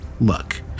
Look